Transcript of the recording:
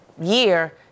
year